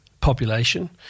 population